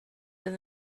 than